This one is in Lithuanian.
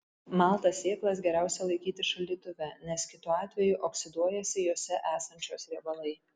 maltas sėklas geriausia laikyti šaldytuve nes kitu atveju oksiduojasi jose esančios riebalai